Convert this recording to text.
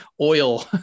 oil